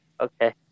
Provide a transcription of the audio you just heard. Okay